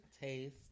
taste